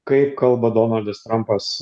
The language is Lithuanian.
kaip kalba donaldas trampas